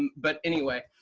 but anyway,